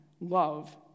love